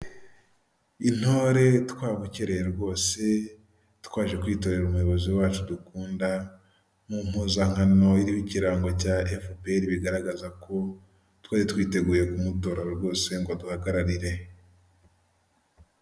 Ihahiro ririmo ibicuruzwa byinshi bitandukanye, hakubiyemo ibyoku kurya urugero nka biswi, amasambusa, amandazi harimo kandi n'ibyo kunywa nka ji, yahurute n'amata.